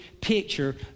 picture